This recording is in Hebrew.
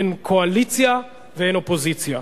אין קואליציה ואין אופוזיציה,